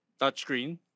Touchscreen